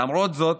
למרות זאת,